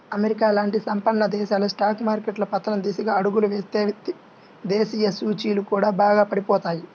America లాంటి సంపన్న దేశాల స్టాక్ మార్కెట్లు పతనం దిశగా అడుగులు వేస్తే దేశీయ సూచీలు కూడా బాగా పడిపోతాయి